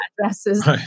addresses